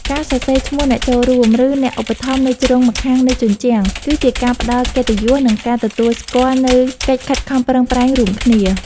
ការសរសេរឈ្មោះអ្នកចូលរួម ឬអ្នកឧបត្ថម្ភនៅជ្រុងម្ខាងនៃជញ្ជាំង គឺជាការផ្ដល់កិត្តិយស និងការទទួលស្គាល់នូវកិច្ចខិតខំប្រឹងប្រែងរួមគ្នា។